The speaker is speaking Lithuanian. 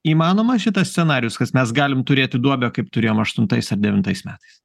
įmanoma šitas scenarijus kas mes galim turėti duobę kaip turėjom aštuntais ar devintais metais